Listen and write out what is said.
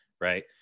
right